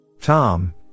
Tom